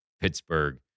Pittsburgh